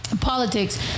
politics